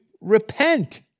repent